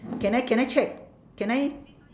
can I can I check can I